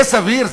זה סביר?